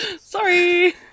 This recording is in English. Sorry